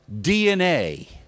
DNA